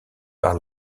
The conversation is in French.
par